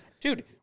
dude